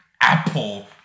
Apple